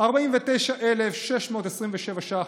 49,627 שקלים,